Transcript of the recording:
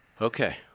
Okay